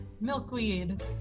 Milkweed